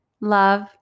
love